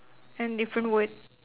and different word